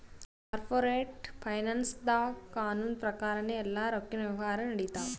corporate ಫೈನಾನ್ಸ್ದಾಗ್ ಕಾನೂನ್ ಪ್ರಕಾರನೇ ಎಲ್ಲಾ ರೊಕ್ಕಿನ್ ವ್ಯವಹಾರ್ ನಡಿತ್ತವ